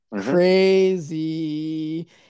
Crazy